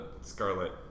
Scarlet